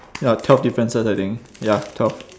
ya twelve differences I think ya twelve